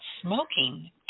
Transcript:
smoking